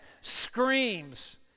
screams